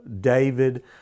David